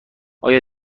آیا